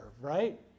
right